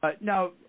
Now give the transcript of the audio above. now